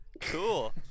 Cool